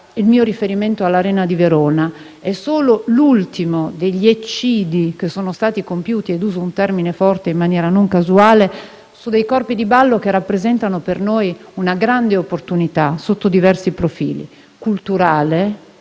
il mio riferimento all'Arena di Verona, solo l'ultimo degli "eccidi" che sono stati compiuti - uso un termine forte in maniera non casuale - su corpi di ballo che rappresentano per noi una grande opportunità sotto diversi profili: culturale,